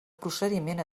procediment